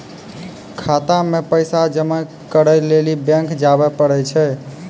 खाता मे पैसा जमा करै लेली बैंक जावै परै छै